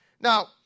Now